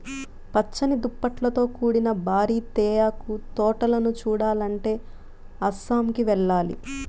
పచ్చని దుప్పట్లతో కూడిన భారీ తేయాకు తోటలను చూడాలంటే అస్సాంకి వెళ్ళాలి